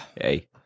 Hey